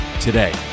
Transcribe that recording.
today